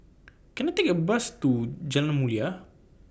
Can I Take A Bus to Jalan Mulia